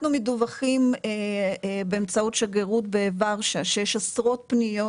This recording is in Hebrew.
מדווחים באמצעות השגרירות בורשה שיש עשרות פניות,